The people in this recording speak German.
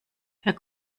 herr